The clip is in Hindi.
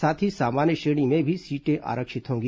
साथ ही सामान्य श्रेणी में भी सीटें आरक्षित होंगी